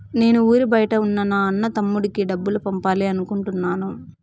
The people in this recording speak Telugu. నేను ఊరి బయట ఉన్న నా అన్న, తమ్ముడికి డబ్బులు పంపాలి అనుకుంటున్నాను